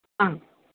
ആ